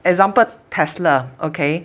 example Tesla okay